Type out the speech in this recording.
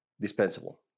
dispensable